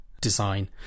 design